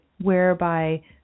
whereby